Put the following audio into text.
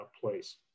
place